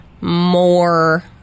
more